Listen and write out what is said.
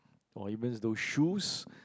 or even those shoes